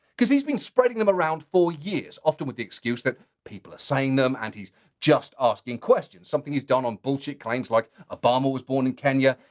cause he's been spreading them around for years. often with the excuse that people are saying them, and he's just asking questions. something he's done on bullshit claims, like, obama was born in kenya,